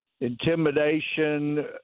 intimidation